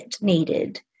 needed